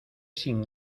sin